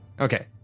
Okay